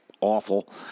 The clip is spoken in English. awful